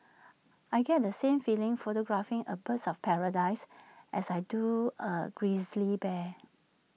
I get the same feeling photographing A birds of paradise as I do A grizzly bear